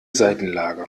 seitenlage